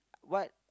what